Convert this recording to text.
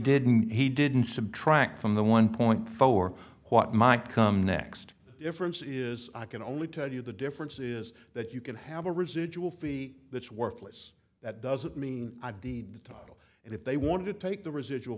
didn't he didn't subtract from the one point for what might come next difference is i can only tell you the difference is that you can have a residual fee that's worthless that doesn't mean the title and if they wanted to take the residual